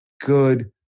good